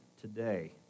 today